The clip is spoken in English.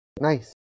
Nice